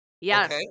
Yes